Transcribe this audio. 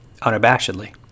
unabashedly